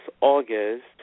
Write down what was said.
August